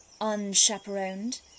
unchaperoned